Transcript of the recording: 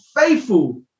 faithful